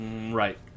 Right